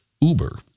Uber